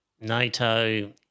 NATO